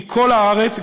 מכל הארץ,